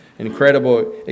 incredible